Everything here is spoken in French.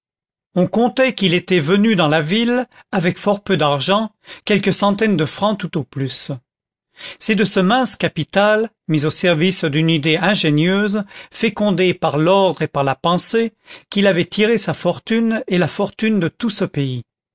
on contait qu'il était venu dans la ville avec fort peu d'argent quelques centaines de francs tout au plus c'est de ce mince capital mis au service d'une idée ingénieuse fécondé par l'ordre et par la pensée qu'il avait tiré sa fortune et la fortune de tout ce pays